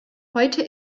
heute